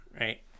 Right